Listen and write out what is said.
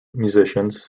musicians